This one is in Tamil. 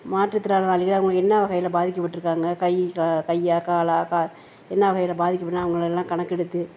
மாற்றுத்திறனாளிகள் அவங்க என்ன வகையில் பாதிக்கப்பட்டிருக்காங்க கை கையா காலா என்ன வகையில் பாதிக்கப்பட்டு அவங்கள எல்லாம் கணக்கெடுத்து